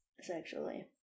Sexually